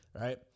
Right